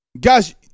Guys